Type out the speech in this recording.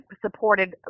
supported